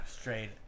Straight